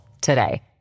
today